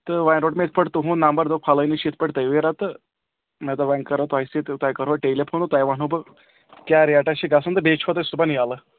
تہٕ وۄنۍ روٚٹ مےٚ یِتھ پٲٹھۍ تُہُنٛد نمبر دوٚپ پھَلٲنِس چھِ یِتھ پٲٹھۍ تَویرا تہٕ مےٚ دوٚپ وۄنۍ کَرو تۄہہِ سۭتۍ تۄہہِ کَرٕہو ٹیلی فون تۄہہِ وَنہٕ ہو بہٕ کیٛاہ ریٹا چھِ گژھان بیٚیہِ چھُوا تُہۍ صُبحن ییٚلہٕ